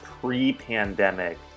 Pre-pandemic